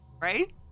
Right